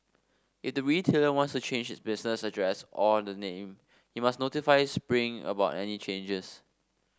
it the retailer wants to change business address or the name he must notify spring about any changes